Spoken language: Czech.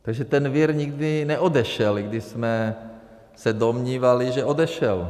Takže ten vir nikdy neodešel, i když jsme se domnívali, že odešel.